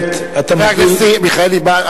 חבר הכנסת מיכאלי,